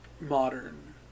modern